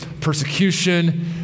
persecution